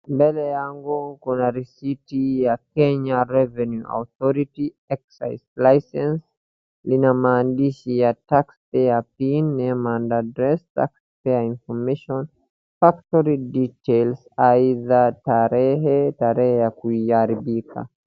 Mbele yangu kuna risiti ya Kenya revenue authority excise license ina maandishi ya taxpayer pin name and address, taxpayer information, factory details aidha tarehe, tarehe ya kuharibika.